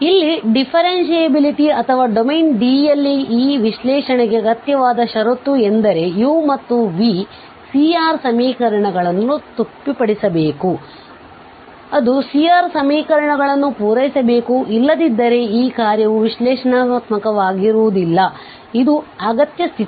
ಆದ್ದರಿಂದ ಇಲ್ಲಿ ಡಿಫರೆನ್ಸಿಬಿಲಿಟಿ ಅಥವಾ ಡೊಮೈನ್ ಡಿ ಯಲ್ಲಿನ ಈ ವಿಶ್ಲೇಷಣೆಗೆ ಅಗತ್ಯವಾದ ಷರತ್ತು ಎಂದರೆu ಮತ್ತು v C R ಸಮೀಕರಣಗಳನ್ನು ತೃಪ್ತಿಪಡಿಸಬೇಕು ಆದ್ದರಿಂದ ಅವರು C R ಸಮೀಕರಣಗಳನ್ನು ಪೂರೈಸಬೇಕು ಇಲ್ಲದಿದ್ದರೆ ಈ ಕಾರ್ಯವು ವಿಶ್ಲೇಷಣಾತ್ಮಕವಾಗಿರುವುದಿಲ್ಲ ಇದು ಅಗತ್ಯ ಸ್ಥಿತಿ